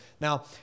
Now